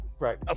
Right